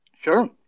Sure